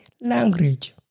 language